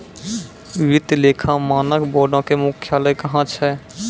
वित्तीय लेखा मानक बोर्डो के मुख्यालय कहां छै?